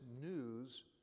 news